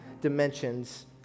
dimensions